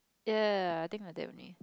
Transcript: ya I think like that only